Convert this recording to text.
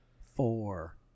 four